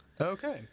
Okay